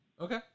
Okay